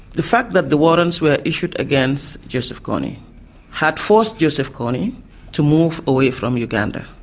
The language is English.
the fact that the warrants were issued against joseph kony had forced joseph kony to move away from uganda.